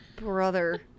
brother